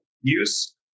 use